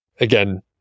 Again